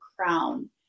crown